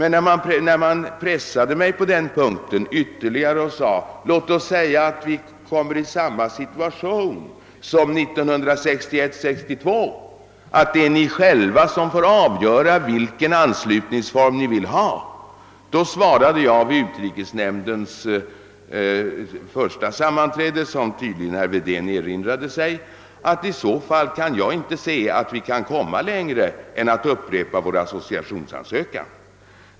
När man pressade mig ytterligare och sade: »Antag att ni kommer i samma situation som 1961—1962, och att ni själva får avgöra vilken anslutningsform ni vill ha», så svarade jag såsom jag gjorde vid utrikesnämndens första sammanträde — vilket tydligen herr Wedén också erinrar sig — att i så fall kan jag inte se att det är möjligt att nå längre än till en associationsansökan.